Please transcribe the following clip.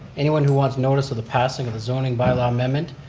anyone who wants notice of the passing of the zoning bylaw amendment,